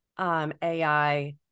AI